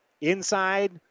inside